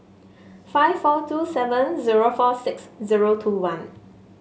five four two seven zero four six zero two one